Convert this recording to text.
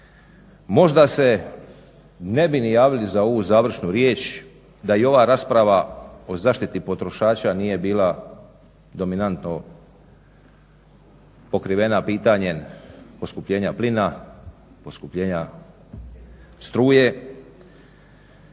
Možda se ne bi ni javili za ovu završnu riječ da i ova rasprava o zaštiti potrošača nije bila dominantno pokrivena pitanjem poskupljenja plina, poskupljenja struje.